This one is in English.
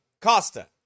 Costa